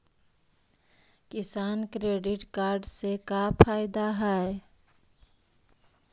किसान credit card से का फायदा है?